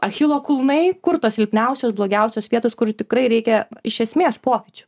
achilo kulnai kur tos silpniausios blogiausios vietos kur tikrai reikia iš esmės pokyčių